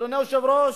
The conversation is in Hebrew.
אדוני היושב-ראש,